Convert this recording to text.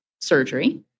surgery